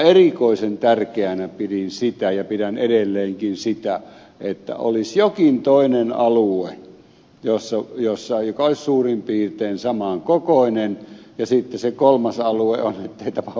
erikoisen tärkeänä pidin ja pidän edelleenkin sitä että olisi jokin toinen alue joka olisi suurin piirtein samankokoinen ja sitten se kolmas alue olisi ei tapahdu mitään alue